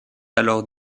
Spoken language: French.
alors